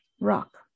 rock